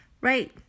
Right